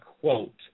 quote